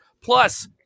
Plus